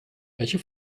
welche